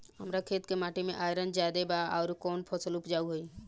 हमरा खेत के माटी मे आयरन जादे बा आउर कौन फसल उपजाऊ होइ?